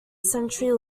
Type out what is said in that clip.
century